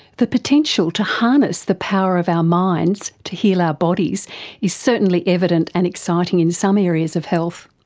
the potential to harness the power of our minds to heal our bodies is certainly evident and exciting in some areas of health,